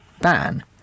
ban